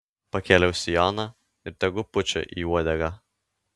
pakėliau sijoną ir tegu pučia į uodegą